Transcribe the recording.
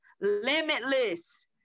Limitless